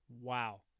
wow